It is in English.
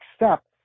accept